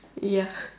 ya